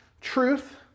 truth